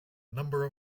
number